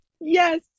Yes